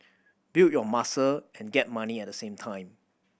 build your muscle and get money at the same time